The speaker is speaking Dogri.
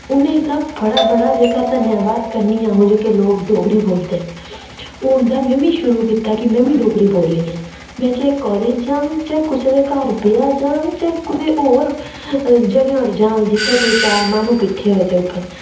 उ'नें गी तां बड़ा बड़ा जेह्का धन्नवाद करनी आं जेह्के लोक डोगरी बोलदे न हून तां में बी शुरु कीता कि में बी डोगरी बोलनी ऐ कालेज जाह्ङ जां कुसै दे घर ब्याह् जाग ते कुतै होर जगहे उप्पर जाह्ङ जित्थै कोई चार माह्नू किट्ठे होए दे होङन